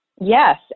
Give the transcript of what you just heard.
Yes